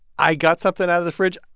i got something out of the fridge.